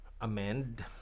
amend